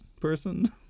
person